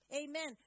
Amen